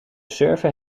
surfen